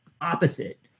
opposite